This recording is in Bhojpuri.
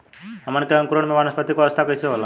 हमन के अंकुरण में वानस्पतिक अवस्था कइसे होला?